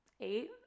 eight